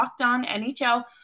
LOCKEDONNHL